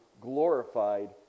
glorified